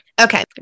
okay